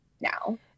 now